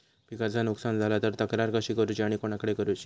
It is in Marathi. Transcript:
पिकाचा नुकसान झाला तर तक्रार कशी करूची आणि कोणाकडे करुची?